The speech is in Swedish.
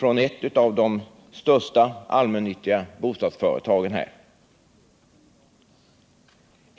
hos ett av de stora allmännyttiga bostadsföretagen i Stockholm.